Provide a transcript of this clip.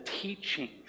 teachings